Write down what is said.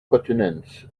quatennens